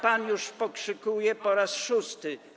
Pan już pokrzykuje po raz szósty.